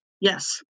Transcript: Yes